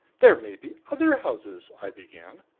there may be other houses i began.